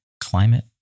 Climate